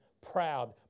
proud